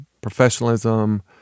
professionalism